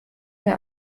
mehr